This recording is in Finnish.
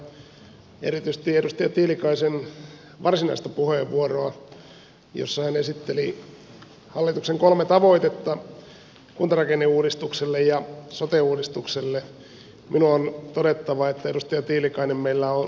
kuunneltuani tätä keskustelua ja erityisesti edustaja tiilikaisen varsinaista puheenvuoroa jossa hän esitteli hallituksen kolme tavoitetta kuntarakenneuudistukselle ja sote uudistukselle minun on todettava edustaja tiilikainen että meillä on eri hallitukset